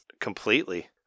completely